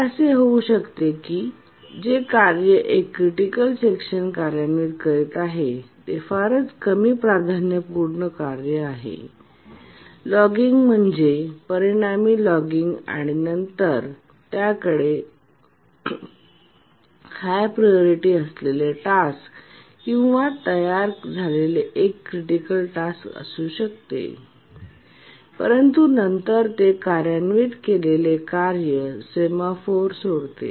हे असे होऊ शकते की जे कार्य एक क्रिटिकल सेक्शन कार्यान्वित करीत आहे ते फारच कमी प्राधान्य पूर्ण कार्य आहे लॉगिंग म्हणणे परिणामी लॉगिंग आणि नंतर आपल्याकडे हाय प्रायोरिटी असलेले टास्क किंवा तयार झालेले एक क्रिटिकल टास्क असू शकते परंतु नंतर ते कार्यान्वित केलेले कार्य सेमफॉर सोडते